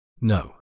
No